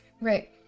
right